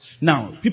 Now